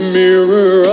mirror